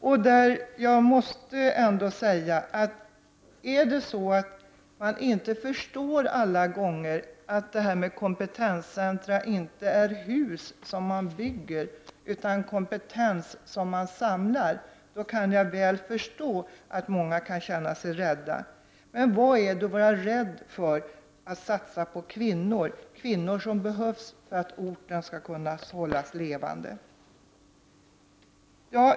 Om man inte förstår att kompetenscentra inte är hus som man bygger, utan kompetens som man samlar, kan jag väl förstå att många kan känna sig rädda. Men hur kan man vara rädd för att satsa på kvinnor? Kvinnor behövs för att orten skall kunna hållas levande.